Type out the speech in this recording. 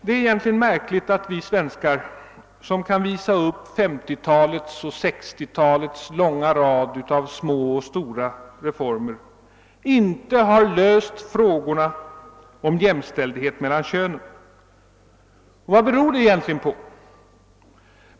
Det är egentligen märkligt att vi svenskar, som kan visa upp 1950-talets och 1960-talets långa rad av små och stora reformer, inte har löst frågorna om jämställdhet mellan könen. Vad beror det egentligen på?